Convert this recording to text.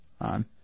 on